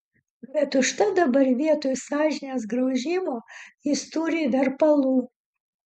bet užtat dabar vietoj sąžinės graužimo jis turi verpalų